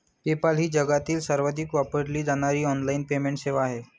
PayPal ही जगातील सर्वाधिक वापरली जाणारी ऑनलाइन पेमेंट सेवा आहे